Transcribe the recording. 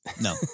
No